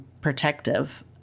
protective